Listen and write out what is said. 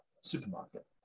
supermarket